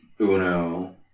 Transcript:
Uno